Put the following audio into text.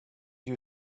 you